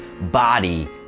body